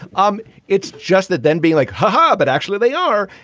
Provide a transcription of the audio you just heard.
um it's just that then be like. ha ha. but actually, they are.